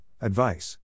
advice